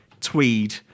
tweed